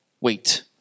wait